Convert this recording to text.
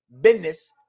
business